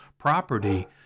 property